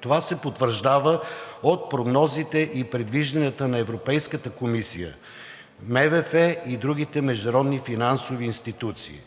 Това се потвърждава от прогнозите и предвижданията на Европейската комисия, МВФ и другите международни финансови институции.